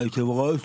היו"ר,